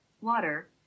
Water